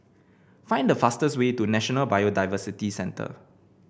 find the fastest way to National Biodiversity Centre